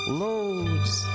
loads